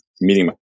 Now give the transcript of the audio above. meeting